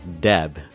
Deb